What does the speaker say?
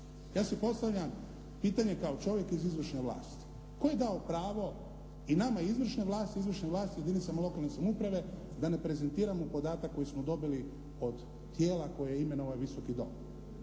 ja si postavljam pitanje kao čovjek iz izvršne vlasti tko je dao pravo i nama u izvršnoj vlasti i izvršnoj vlasti jedinicama lokalne samouprave da ne prezentiramo podatak koji smo dobili od tijela koje je imenovao ovaj Visoki dom.